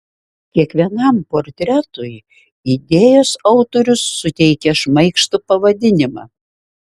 kiekvienam portretui idėjos autorius suteikė šmaikštų pavadinimą